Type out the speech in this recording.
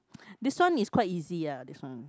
this one is quite easy ya this one